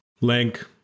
Link